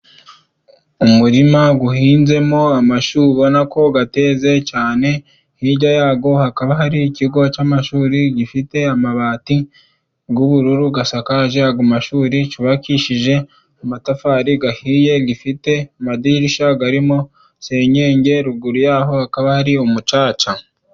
Umurima uhinzemo amashu ubona ko ateze cyane, hirya yayo hakaba hari ikigo cy'amashuri gifite amabati y'ubururu asakaje ayo amashuri, cyubakishije amatafari ahiye, gifite amadirishya arimo senyenge, ruguru yaho akaba ari umucaca.